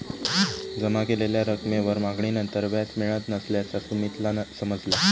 जमा केलेल्या रकमेवर मागणीनंतर व्याज मिळत नसल्याचा सुमीतला समजला